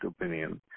opinion